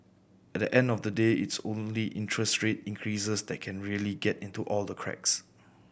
at the end of the day it's only interest rate increases that can really get into all the cracks